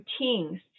routines